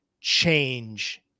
change